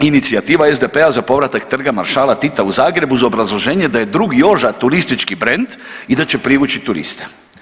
Inicijativa SDP-a za povratak Trga maršala Tita u Zagrebu uz obrazloženje da je drug Joža turistički brend i da će privući turiste.